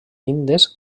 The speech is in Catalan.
llindes